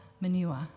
manure